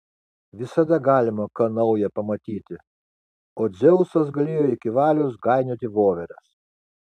visada galima ką nauja pamatyti o dzeusas galėjo iki valios gainioti voveres